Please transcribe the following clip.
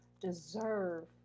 deserve